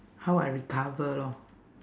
how I recover lor